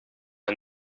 een